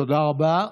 תודה רבה.